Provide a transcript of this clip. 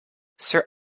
sir